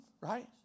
right